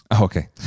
Okay